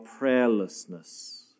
prayerlessness